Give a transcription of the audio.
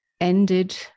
ended